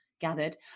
gathered